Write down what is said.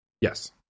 Yes